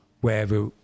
wherever